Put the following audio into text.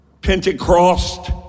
Pentecost